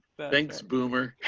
but thanks boomer